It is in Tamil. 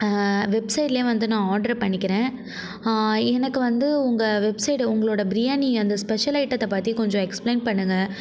வெப்சைட்டிலே வந்து நான் ஆர்ட்ரு பண்ணிக்கிறேன் எனக்கு வந்து உங்கள் வெப்சைட் உங்களோட பிரியாணி அந்த ஸ்பெஷல் ஐட்டத்தை பற்றி கொஞ்சம் எக்ஸ்பிளைன் பண்ணுங்க